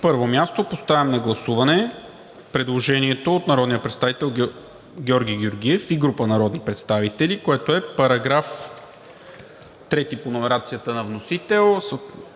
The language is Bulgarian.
първо място поставям на гласуване предложението на народния представител Георги Георгиев и група народни представители, което е § 3 по номерацията на вносител